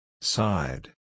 Side